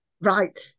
Right